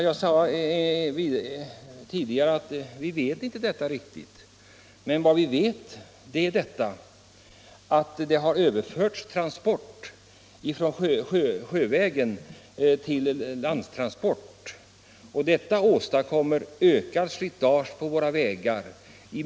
Jag sade tidigare att vi inte med säkerhet vet vilken miljöpåverkan detta har. Men vi vet att många transporter som tidigare utfördes sjövägen numera är landbaserade, vilket i stor utsträckning ökar slitaget på våra vägar.